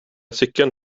cykeln